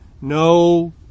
no